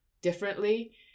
differently